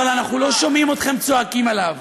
אבל אנחנו לא שומעים אתכם צועקים עליו.